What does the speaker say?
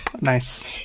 Nice